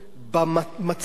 במצב הזה,